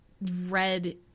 red